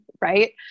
right